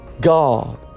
God